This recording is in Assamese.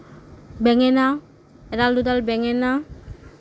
বেঙেনা এডাল দুডাল বেঙেনা